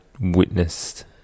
witnessed